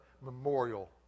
memorial